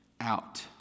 out